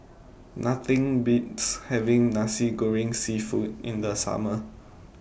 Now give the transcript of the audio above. Nothing Beats having Nasi Goreng Seafood in The Summer